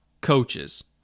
coaches